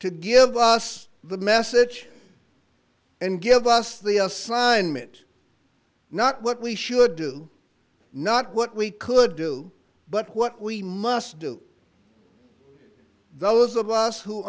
to give us the message and give us the assignment not what we should do not what we could do but what we must do those of us who